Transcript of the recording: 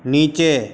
નીચે